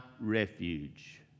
refuge